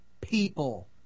People